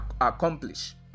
accomplish